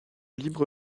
libre